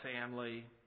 family